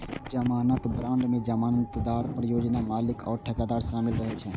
जमानत बांड मे जमानतदार, परियोजना मालिक आ ठेकेदार शामिल रहै छै